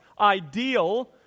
ideal